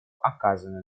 оказанную